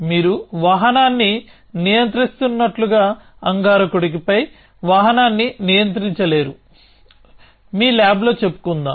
మీరు వాహనాన్ని నియంత్రిస్తున్నట్లుగా అంగారకుడిపై వాహనాన్ని నియంత్రించలేరు మీ ల్యాబ్లో చెప్పుకుందాం